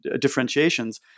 differentiations